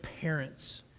parents